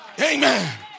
Amen